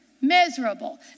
miserable